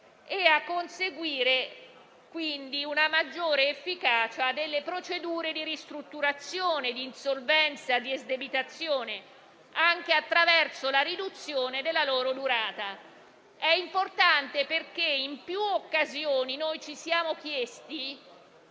e di conseguire una maggiore efficacia delle procedure di ristrutturazione, insolvenza ed esdebitazione anche attraverso la riduzione della loro durata. Tutto ciò è importante perché in più occasioni ci siamo chiesti